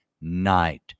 night